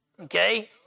Okay